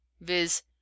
viz